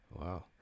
wow